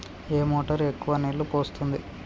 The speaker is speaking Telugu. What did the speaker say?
ఏ మోటార్ ఎక్కువ నీళ్లు పోస్తుంది?